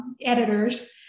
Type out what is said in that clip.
editors